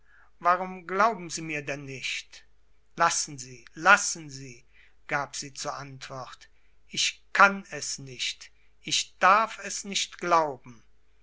warum glauben sie mir denn nicht lassen sie lassen sie gab sie zur antwort ich kann es nicht ich darf es nicht glauben